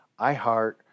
iheart